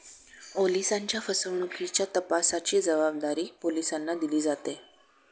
ओलिसांच्या फसवणुकीच्या तपासाची जबाबदारी पोलिसांना दिली जाते